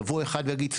יבוא אחד ויגיד,